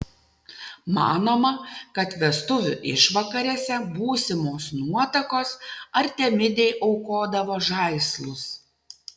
manoma kad vestuvių išvakarėse būsimos nuotakos artemidei aukodavo žaislus